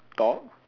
top